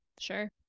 Sure